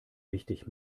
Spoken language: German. wichtig